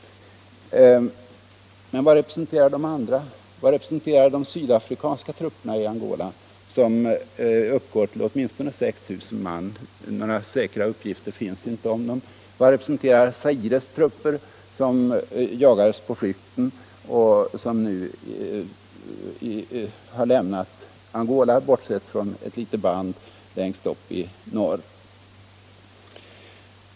Men vad representerar de sydafrikanska trupperna i Angola, som uppgår till åtminstone 6 000 man — några säkra uppgifter finns inte om antalet? Vad representerar Zaires trupper, som jagades på flykten och som nu har lämnat Angola, bortsett från en smal landremsa längst uppe i norr?